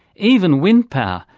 even wind power,